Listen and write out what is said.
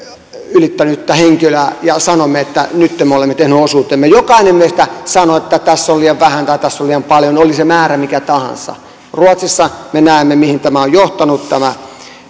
ylittänyttä henkilöä ja sanomme että nytten me olemme tehnyt osuutemme jokainen meistä sanoo että tässä on liian vähän tai tässä on liian paljon oli se määrä mikä tahansa ruotsissa me näemme mihin on johtanut tämä